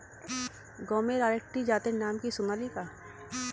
গমের আরেকটি জাতের নাম কি সোনালিকা?